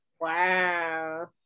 Wow